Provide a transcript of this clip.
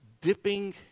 dipping